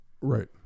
Right